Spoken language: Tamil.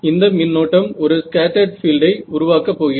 இந்த மின்னோட்டம் ஒரு ஸ்கேட்டர்ட் பீல்டை உருவாக்கப் போகிறது